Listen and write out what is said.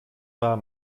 war